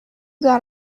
got